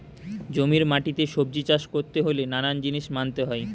জমির মাটিতে সবজি চাষ করতে হলে নানান জিনিস মানতে হয়